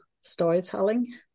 storytelling